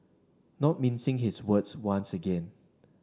not mincing his words once again